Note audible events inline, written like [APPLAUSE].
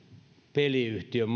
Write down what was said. peliyhtiön [UNINTELLIGIBLE]